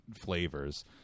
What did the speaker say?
flavors